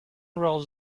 rolls